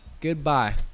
Goodbye